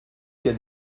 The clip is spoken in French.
que